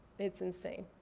it's insane.